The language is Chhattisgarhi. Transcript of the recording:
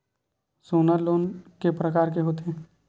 सोना लोन के प्रकार के होथे?